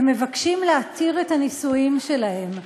הם מבקשים להתיר את הנישואים שלהם.